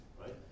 right